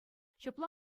ҫапла